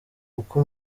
uko